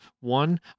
One